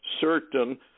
certain